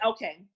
Okay